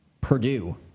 Purdue